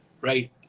right